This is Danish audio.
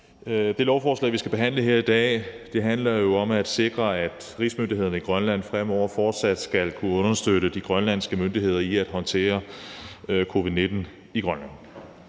Det lovforslag, vi skal behandle her i dag, handler jo om at sikre, at rigsmyndighederne i Grønland fremover fortsat skal kunne understøtte de grønlandske myndigheder i at håndtere covid-19 i Grønland.